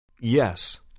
Yes